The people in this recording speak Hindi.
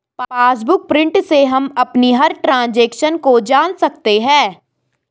पासबुक प्रिंट से हम अपनी हर ट्रांजेक्शन को जान सकते है